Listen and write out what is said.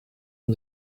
and